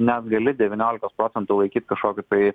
net gali devyniolikos procentų laikyt kažkokiu tai